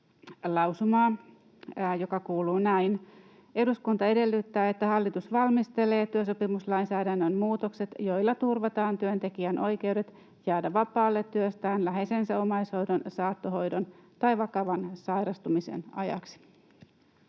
lausumaa, joka kuuluu näin: ”Eduskunta edellyttää, että hallitus valmistelee työsopimuslainsäädännön muutokset, joilla turvataan työntekijän oikeudet jäädä vapaalle työstään läheisensä omaishoidon, saattohoidon tai vakavan sairastumisen ajaksi.”